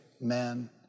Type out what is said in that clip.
men